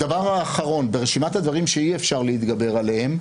דבר אחרון, ברשימת הדברים שאי-אפשר להתגבר עליהם,